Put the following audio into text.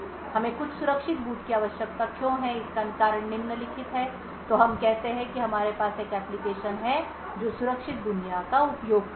हमें कुछ सुरक्षित बूट की आवश्यकता क्यों है इसका कारण निम्नलिखित है तो हम कहते हैं कि हमारे पास एक एप्लिकेशन है जो सुरक्षित दुनिया का उपयोग करता है